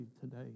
today